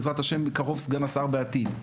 בעזרת ה' בקרוב סגן השר בעתיד,